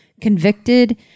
convicted